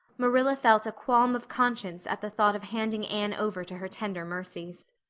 marilla felt a qualm of conscience at the thought of handing anne over to her tender mercies.